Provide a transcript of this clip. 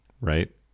right